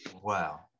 Wow